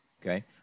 Okay